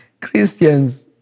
Christians